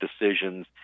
decisions